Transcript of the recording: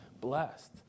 blessed